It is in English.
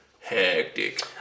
Hectic